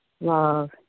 love